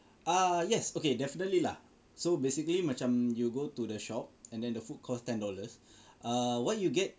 ah yes okay definitely lah so basically macam you go to the shop and then the food costs ten dollars err what you get